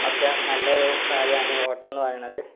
ഒക്കെ നല്ലൊരു കാര്യമാണ് ഈ ഓട്ടം എന്ന് പറയുന്നത്